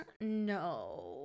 no